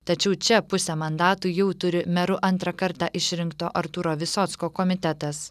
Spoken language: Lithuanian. tačiau čia pusę mandatų jau turi meru antrą kartą išrinkto artūro visocko komitetas